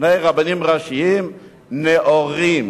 שני רבנים ראשיים "נאורים",